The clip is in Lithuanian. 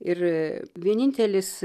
ir vienintelis